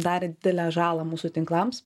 darė didelę žalą mūsų tinklams